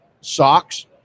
socks